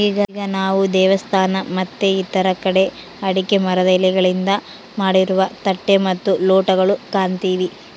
ಈಗ ನಾವು ದೇವಸ್ಥಾನ ಮತ್ತೆ ಇತರ ಕಡೆ ಅಡಿಕೆ ಮರದ ಎಲೆಗಳಿಂದ ಮಾಡಿರುವ ತಟ್ಟೆ ಮತ್ತು ಲೋಟಗಳು ಕಾಣ್ತಿವಿ